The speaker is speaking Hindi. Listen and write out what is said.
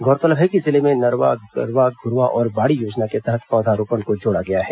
गौरतलब है कि जिले में नरवा गरूवा घुरवा और बाड़ी योजना के तहत पौधा रोपण को जोड़ा गया है